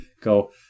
go